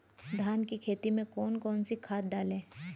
धान की खेती में कौन कौन सी खाद डालें?